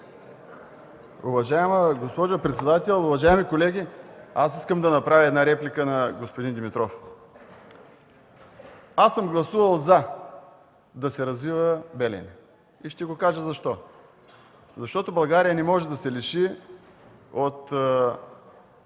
Уважаема госпожо председател, уважаеми колеги! Искам да направя реплика на господин Димитров. Аз съм гласувал „за” да се развива „Белене” и ще кажа защо. Защото България не може да се лиши от